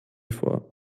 vor